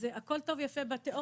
אז הכול טוב ויפה בתיאוריות,